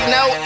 no